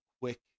quick